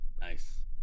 Nice